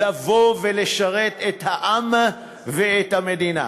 לבוא ולשרת את העם ואת המדינה.